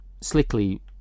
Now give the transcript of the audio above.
slickly